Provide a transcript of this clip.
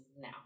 now